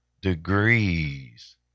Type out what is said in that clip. degrees